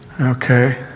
okay